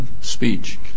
speech